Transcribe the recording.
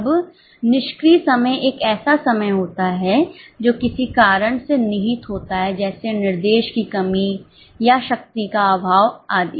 अब निष्क्रिय समय एक ऐसा समय होता है जो किसी कारण से निहित होता है जैसे निर्देश की कमी या शक्ति का अभाव आदि